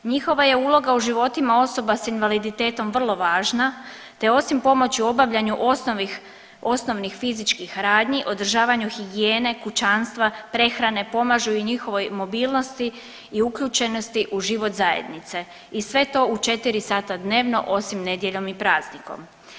Njihova je uloga u životima osoba s invaliditetom vrlo važna te osim pomoći u obavljanju osnovnih fizičkih radnji, održavanju higijene, kućanstva, prehrane pomažu i njihovoj mobilnosti i uključenosti u život zajednice i sve to u četiri sata dnevno osim nedjeljom i praznikom.